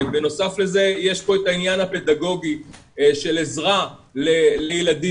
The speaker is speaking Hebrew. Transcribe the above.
בנוסף לזה יש כאן את העניין הפדגוגי של עזרה לילדים.